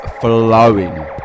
flowing